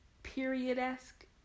period-esque